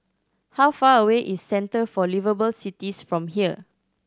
how far away is Centre for Liveable Cities from here